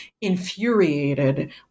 infuriated